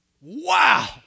Wow